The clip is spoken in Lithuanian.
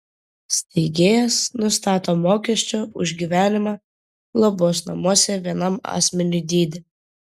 steigėjas nustato mokesčio už gyvenimą globos namuose vienam asmeniui dydį